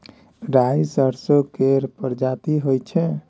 राई सरसो केर परजाती होई छै